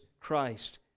Christ